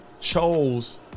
chose